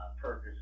purpose